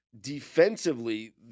Defensively